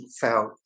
felt